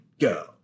go